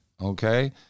okay